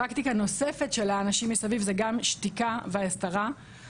פרקטיקה נוספת היא שתיקה והסתרה של האנשים מסביב.